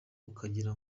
ukagira